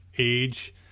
age